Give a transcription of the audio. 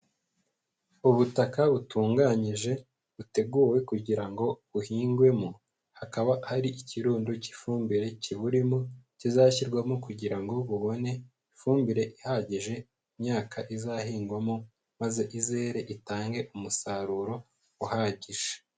Ubutaka butunganyije buteguwe kugira ngo buhingwemo, hakaba hari ikirundo cy'ifumbire kiburimo kizashyirwamo kugira ngo bubone ifumbire ihagije, imyaka izahingwamo maze izere itange umusaruro uhagije.